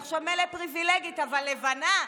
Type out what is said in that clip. עכשיו מילא פריבילגית, אבל לבנה?